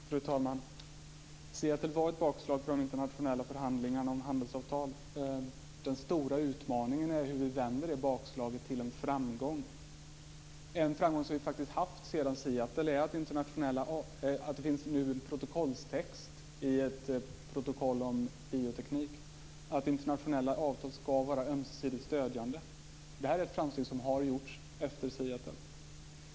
Fru talman! Seattlemötet var ett bakslag för de internationella förhandlingarna om handelsavtal. Den stora utmaningen är hur vi vänder det bakslaget till en framgång. En framgång som vi faktiskt har nått är att det nu finns text i ett protokoll om bioteknik om att internationella avtal ska vara ömsesidigt stödjande. Det är ett framsteg som har gjorts efter Seattle.